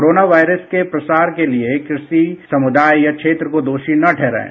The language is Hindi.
कोरोना वायरस के प्रसार के लिए किसी समूदाय या क्षेत्र को दोषी न ठहराएं